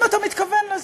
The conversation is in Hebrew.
אם אתה מתכוון לזה.